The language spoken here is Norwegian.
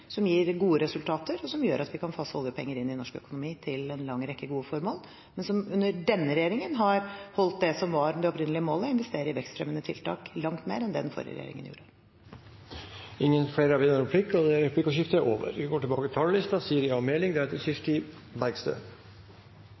som gir gode resultater, og som gjør at vi kan fase oljepenger inn i norsk økonomi til en lang rekke gode formål. Men denne regjeringen har holdt det som var det opprinnelige målet, å investere i vekstfremmende tiltak langt mer enn det den forrige regjeringen gjorde. Replikkordskiftet er over. Som saksordfører for representantforslaget om urfolks rettigheter i retningslinjene for Statens pensjonsfond utland vil jeg først knytte noen kommentarer til